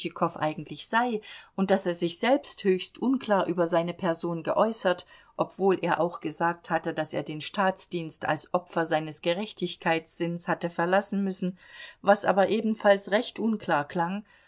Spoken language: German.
eigentlich sei und daß er sich selbst höchst unklar über seine person geäußert obwohl er auch gesagt hatte daß er den staatsdienst als opfer seines gerechtigkeitssinns hatte verlassen müssen was aber ebenfalls recht unklar klang